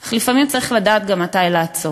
אך לפעמים צריך לדעת גם מתי לעצור.